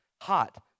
hot